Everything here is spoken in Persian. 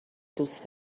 دوست